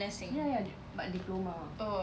ya ya but diploma ah